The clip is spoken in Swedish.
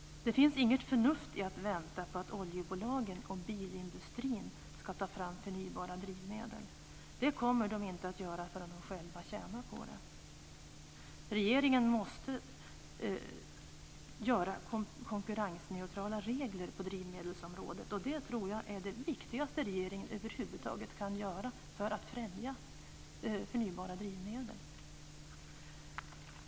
Det finns inget förnuft i att vänta på att oljebolagen och bilindustrin ska ta fram förnybara drivmedel. Det kommer de inte att göra förrän de själva tjänar på det. Regeringen måste skapa konkurrensneutrala regler på drivmedelsområdet. Det är det viktigaste regeringen över huvud taget kan göra för att främja förnybara drivmedel.